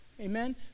Amen